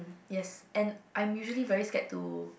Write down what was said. yes and I'm usually very scared to